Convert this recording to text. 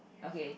okay